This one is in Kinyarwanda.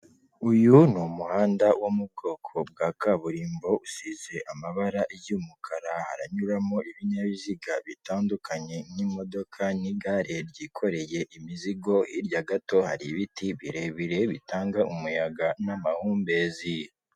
Uyu ni umuhanda wo mu bwoko bwa kaburimbo, usize amabara y'umukara, haranyuramo ibinyabiziga bitandukanye n'imodoka n'igare ryikoreye imizigo, hirya gato hari ibiti birebire bitanga umuyaga n'amahumbezi.